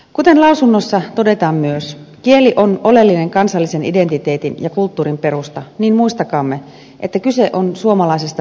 kuten mietinnössä todetaan myös kieli on oleellinen kansallisen identiteetin ja kulttuurin perusta niin muistakaamme että kyse on suomalaisesta viittomakielestä